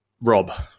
Rob